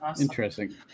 Interesting